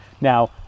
Now